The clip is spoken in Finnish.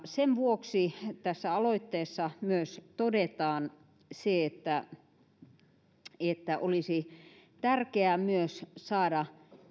sen vuoksi tässä aloitteessa todetaan myös se että että olisi tärkeää myös saada